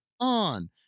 on